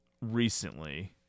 recently